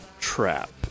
trap